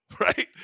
Right